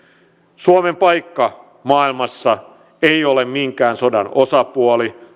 suomen paikka maailmassa ei ole minkään sodan osapuoli